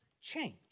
change